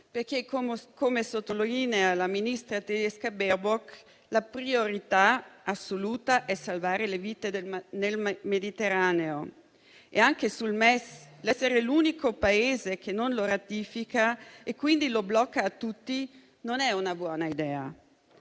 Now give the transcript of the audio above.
perché, come sottolinea la ministra tedesca Baerbock, la priorità assoluta è salvare le vite nel Mediterraneo. E anche sul MES l'essere l'unico Paese che non lo ratifica, e quindi lo blocca a tutti, non è una buona idea,